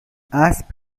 اسب